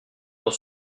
dans